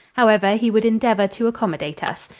however, he would endeavor to accommodate us.